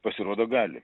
pasirodo gali